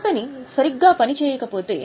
company సరిగ్గా చేయకపోతే